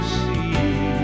see